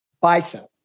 Bicep